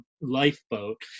lifeboat